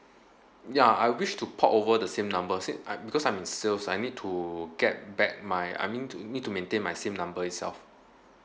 ya I wish to port over the same numbers it I because I'm in sales I need to get back my I mean to need to maintain my same number itself